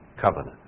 covenant